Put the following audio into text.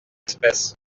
espèces